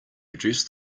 reduce